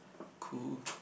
cool